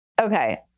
Okay